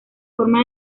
forma